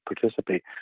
participate